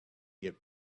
get